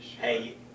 Hey